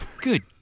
Good